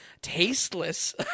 tasteless